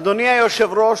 אדוני היושב-ראש,